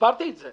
הסברתי את זה.